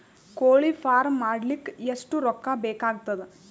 ಕೋಳಿ ಫಾರ್ಮ್ ಮಾಡಲಿಕ್ಕ ಎಷ್ಟು ರೊಕ್ಕಾ ಬೇಕಾಗತದ?